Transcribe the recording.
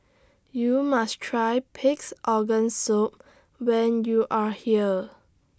YOU must Try Pig'S Organ Soup when YOU Are here